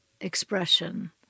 expression